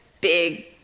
big